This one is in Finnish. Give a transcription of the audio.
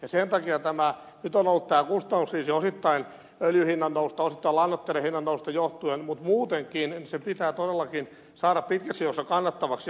nyt on ollut tämä kustannuskriisi osittain öljyn hinnannoususta osittain lannoitteiden hinnannoususta johtuen mutta muutenkin tuotanto pitää todellakin saada pitkässä juoksussa kannattavaksi